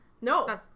No